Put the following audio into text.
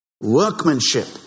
Workmanship